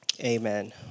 Amen